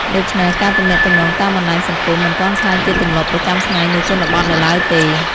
ដូច្នេះការទំនាក់ទំនងតាមបណ្ដាញសង្គមមិនទាន់ក្លាយជាទម្លាប់ប្រចាំថ្ងៃនៅជនបទនៅឡើយទេ។